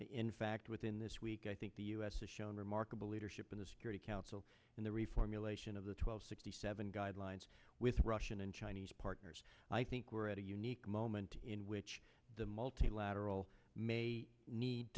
in fact within this week i think the u s has shown remarkable leadership in the security council and the reformulation of the twelve sixty seven guidelines with russian and chinese partners i think we're at a unique moment in which the multilateral may need